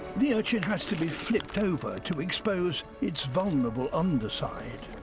the urchin has to be flipped over to expose its vulnerable underside.